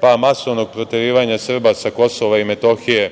pa masovnog proterivanja Srba sa Kosova i Metohije